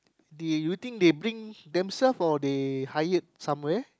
do you think they bring themselves of they hired somewhere